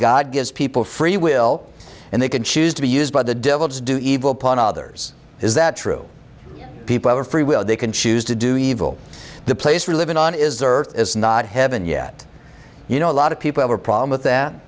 god gives people free will and they can choose to be used by the devil to do evil upon others is that true people are free will they can choose to do evil the place for living on is the earth is not heaven yet you know a lot of people have a problem with that